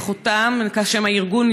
חות"ם נקרא הארגון,